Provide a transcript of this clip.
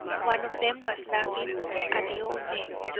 one of them was laughing at the old men,